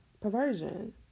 perversion